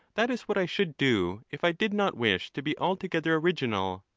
that is what i should do if i did not wish to be altogether original.